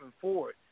forward